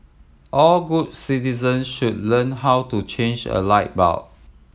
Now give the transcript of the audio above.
all good citizens should learn how to change a light bulb